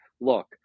Look